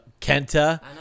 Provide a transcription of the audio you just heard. Kenta